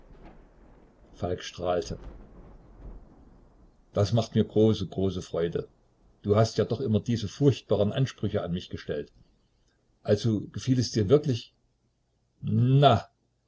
falk strahlte das macht mir große große freude du hast ja doch immer diese furchtbaren ansprüche an mich gestellt also gefiel es dir wirklich na